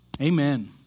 Amen